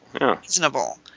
reasonable